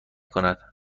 کند